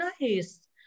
nice